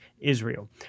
Israel